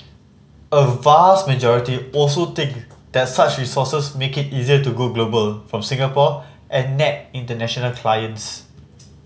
a vast majority also think that such resources make it easier to go global from Singapore and nab international clients